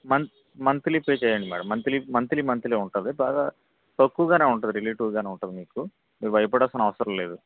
Mann monthly pay చేయండి madam monthly monthly ఉంటుంది బాగా తక్కువగానే ఉంటుంది రిలేటివ్ గానే ఉంటుంది మీకు మీరు భయపడాల్సిన అవసరం లేదు